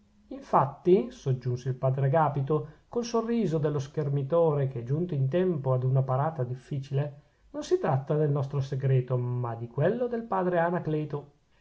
infatti soggiunse il padre agapito col sorriso dello schermitore che è giunto in tempo ad una parata difficile non si tratta del nostro segreto ma di quello del padre anacleto